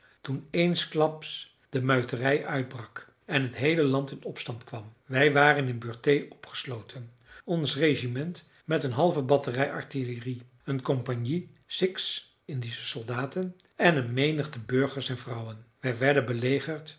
toen eensklaps de muiterij uitbrak en het geheele land in opstand kwam wij waren in burthee opgesloten ons regiment met een halve batterij artillerie een compagnie sikhs indische soldaten en een menigte burgers en vrouwen wij werden belegerd